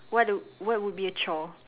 what do what would be a chore